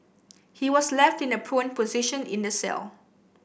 he was left in a prone position in the cell